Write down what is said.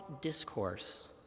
discourse